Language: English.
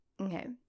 Okay